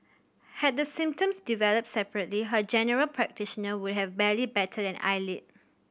had the symptoms developed separately her general practitioner would have barely batted an eyelid